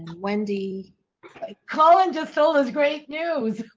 wendy colin just fill is great news.